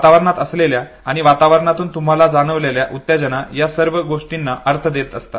वातावरणात असलेल्या आणि वातावरणातून तुम्हाला जाणवलेल्या उत्तेजना या सर्व गोष्टीना अर्थ देत असतात